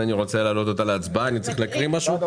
נקריא.